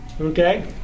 Okay